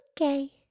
Okay